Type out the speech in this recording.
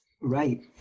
Right